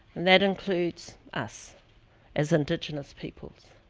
that includes us as indigenous people.